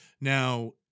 Now